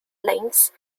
lengths